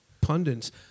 pundits